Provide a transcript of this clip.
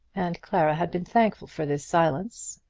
and clara had been thankful for this silence.